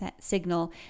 signal